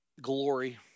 glory